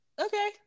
okay